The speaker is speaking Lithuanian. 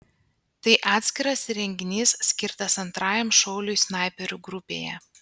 tai atskiras įrenginys skirtas antrajam šauliui snaiperių grupėje